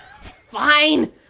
Fine